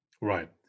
Right